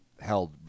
held